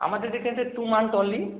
আমাদের two month only